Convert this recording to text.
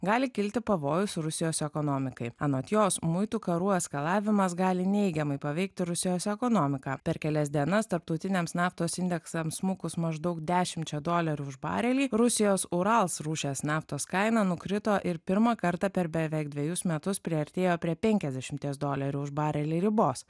gali kilti pavojus rusijos ekonomikai anot jos muitų karų eskalavimas gali neigiamai paveikti rusijos ekonomiką per kelias dienas tarptautinėms naftos indeksams smukus maždaug dešimčia dolerių už barelį rusijos urals rūšies naftos kaina nukrito ir pirmą kartą per beveik dvejus metus priartėjo prie penkiasdešimies dolerių už barelį ribos